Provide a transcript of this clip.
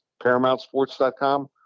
paramountsports.com